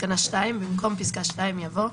תקנה 2, במקום פסקה (2) יבוא: